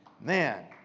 Man